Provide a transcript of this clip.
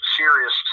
serious